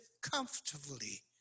comfortably